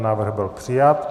Návrh byl přijat.